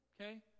Okay